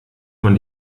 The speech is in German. man